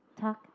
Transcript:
Talk